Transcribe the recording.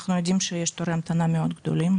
אנחנו יודעים שיש תורי המתנה מאוד גדולים.